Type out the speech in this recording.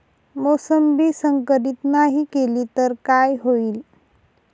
मोसंबी संकरित नाही केली तर काय होईल?